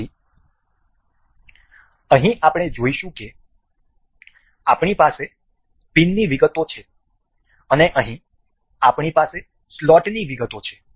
તેથી અહીં આપણે જોઈશું કે આપણી પાસે પિનની વિગતો છે અને અહીં આપણી પાસે સ્લોટની વિગતો છે